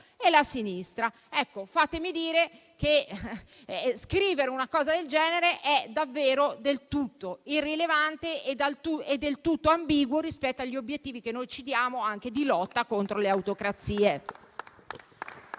e la sinistra. Ecco, fatemi dire che scrivere una cosa del genere è davvero del tutto irrilevante e del tutto ambiguo rispetto agli obiettivi che noi ci diamo anche di lotta contro le autocrazie.